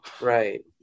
Right